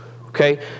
okay